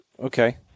Okay